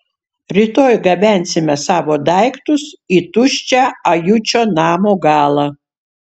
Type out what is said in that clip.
rytoj gabensime savo daiktus į tuščią ajučio namo galą